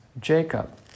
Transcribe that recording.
Jacob